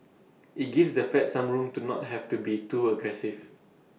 IT gives the fed some room to not have to be too aggressive